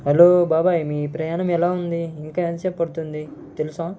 hello బాబాయ్ మీ ప్రయాణం ఎలా ఉంది ఇంకా ఎంతసేపు పడుతుంది తెలుసా